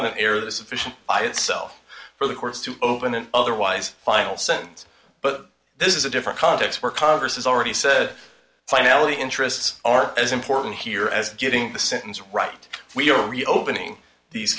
the air the sufficient by itself for the courts to open an otherwise final sentence but this is a different context where congress has already said finality interests are as important here as getting the sentence right we're reopening these